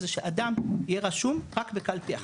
זה שאדם יהיה רשום רק בקלפי אחד,